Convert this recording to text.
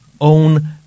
own